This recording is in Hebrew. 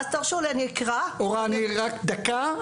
אני רואה שהפערים הולכים וגדלים.